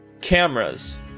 cameras